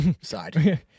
side